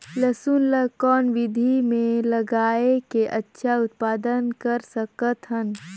लसुन ल कौन विधि मे लगाय के अच्छा उत्पादन कर सकत हन?